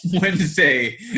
Wednesday